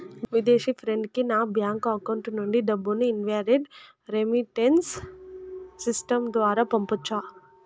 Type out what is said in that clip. విదేశీ ఫ్రెండ్ కి నా బ్యాంకు అకౌంట్ నుండి డబ్బును ఇన్వార్డ్ రెమిట్టెన్స్ సిస్టం ద్వారా పంపొచ్చా?